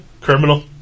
Criminal